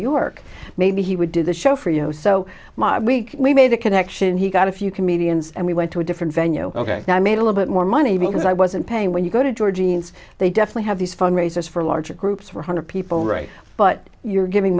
york maybe he would do the show for you know so we made a connection he got a few comedians and we went to a different venue ok now i made a little bit more money because i wasn't paying when you go to georgie and they definitely have these fundraisers for larger groups one hundred people right but you're giving